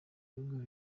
ibihugu